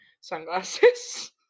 sunglasses